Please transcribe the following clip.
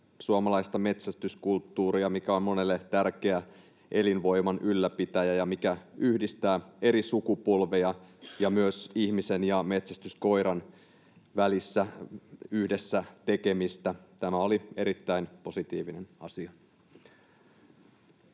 suomalaista metsästyskulttuuria, mikä on monelle tärkeä elinvoiman ylläpitäjä ja mikä yhdistää eri sukupolvia ja myös ihmisen ja metsästyskoiran välistä yhdessä tekemistä. Tämä oli erittäin positiivinen asia.